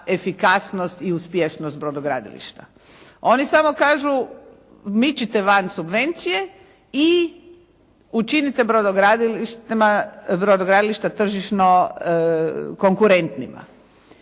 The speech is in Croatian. efikasnost i uspješnost brodogradilišta. Oni samo kažu mičite van subvencije i učinite brodogradilišta tržišno konkurentnima.